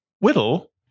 Whittle